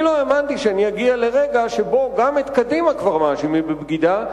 לא האמנתי שכל כך מהר נגיע לרגע שבו גם את קדימה כבר מאשימים בבגידה,